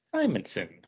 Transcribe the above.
Simonson